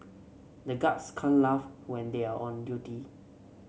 the guards can't laugh when they are on duty